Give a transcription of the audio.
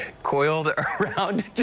coiled around?